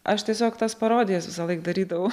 aš tiesiog tas parodijas visąlaik darydavau